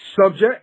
Subject